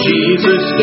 Jesus